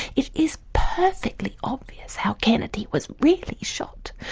it is perfectly obvious how kennedy was really shot.